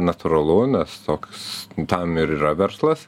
natūralu nes toks tam ir yra verslas